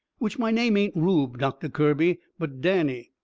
which my name ain't rube, doctor kirby, but danny.